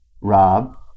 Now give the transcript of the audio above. Rob